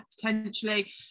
potentially